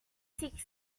seeks